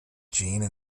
jeanne